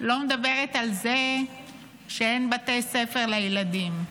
לא מדברת על זה שאין בתי ספר לילדים,